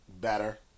better